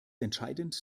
entscheidend